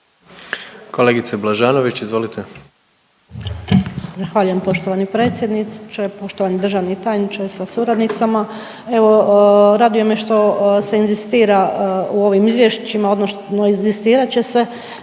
Kolegice Blažanović izvolite.